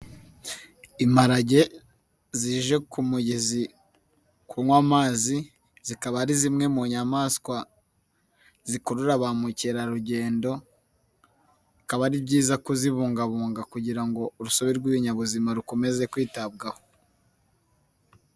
Imparage zije ku mugezi kunywa amazi, zikaba ari zimwe mu nyamaswa zikurura ba mukerarugendo, bikaba ari byiza kuzibungabunga kugira ngo urusobe rw'ibinyabuzima rukomeze kwitabwaho.